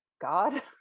God